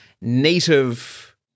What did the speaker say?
native